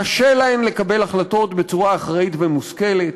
קשה להן לקבל החלטות בצורה אחראית ומושכלת,